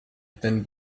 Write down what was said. thin